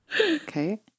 Okay